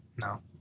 No